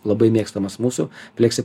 labai mėgstamas mūsų pleksi